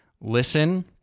listen